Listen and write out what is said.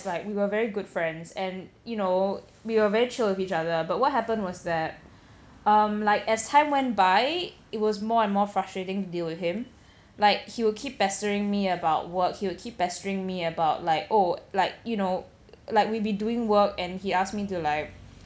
like we were very good friends and you know we were very chill with each other but what happened was that um like as time went by it was more and more frustrating to deal with him like he will keep pestering me about work he would keep pestering me about like oh like you know like we'd be doing work and he asked me to like